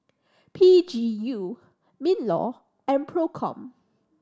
P G U MinLaw and Procom